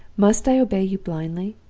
must i obey you blindly?